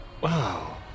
Wow